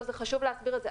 זה חשוב להסביר את זה.